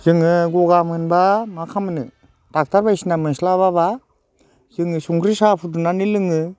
जोङो गगा मोनोबा मा खालामनो डक्ट'र बायदिसिना मोनस्लाबाबा जोङो संख्रि साहा फुदुंनानै लोङो